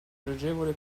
pregevole